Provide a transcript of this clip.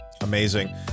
Amazing